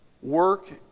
Work